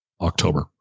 October